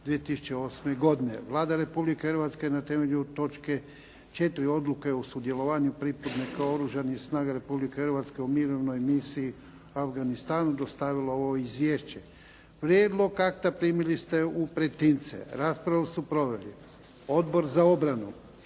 2008. godine Vlada Republike Hrvatske na temelju točke 4. Odluke o sudjelovanju pripadnika Oružanih snaga Republike Hrvatske u Mirovnoj misiji u Afganistanu dostavila je ovo izvješće. Prijedlog akta primili ste u pretince. Raspravu su proveli Odbor za obranu.